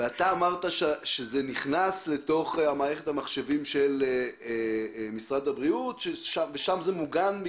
אתה אמרת שזה נכנס לתוך מערכת המחשבים של משרד הבריאות ושם זה מוגן,